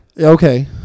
Okay